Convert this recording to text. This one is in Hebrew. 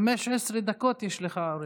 15 דקות יש לך, אוריאל.